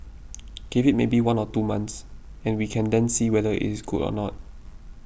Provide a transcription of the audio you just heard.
give it maybe one or two months and we can then see whether it is good or not